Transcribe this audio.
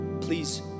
please